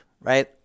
right